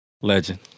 legend